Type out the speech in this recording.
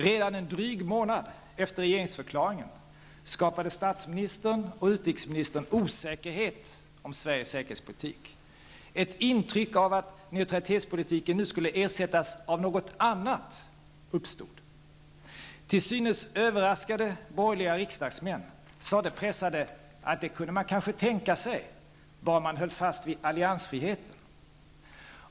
Redan en dryg månad efter regeringsförklaringen skapade statsministern och utrikesministern osäkerhet om Sveriges säkerhetspolitik. Ett intryck av att neutralitetspolitiken nu skulle ersättas av något annat uppstod. Till synes överraskade borgerliga riksdagsmän sade pressade, att man kanske kunde tänka sig det bara man höll fast vid alliansfriheten.